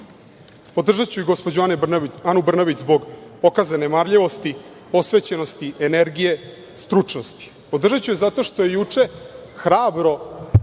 podržite. Podržaću i Anu Brnabić zbog pokazane marljivosti, posvećenosti, energije, stručnosti. Podržaću je zato što je juče hrabro